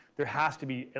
there has to be, and